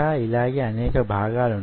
ఆ విషయాన్ని ఇక్కడ గమనించవచ్చు